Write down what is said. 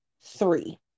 Three